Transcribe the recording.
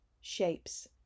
shapes